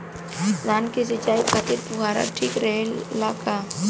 धान सिंचाई खातिर फुहारा ठीक रहे ला का?